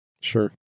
Sure